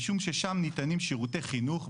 משום ששם ניתנים שירותי חינוך,